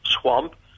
Swamp